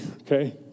okay